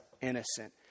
innocent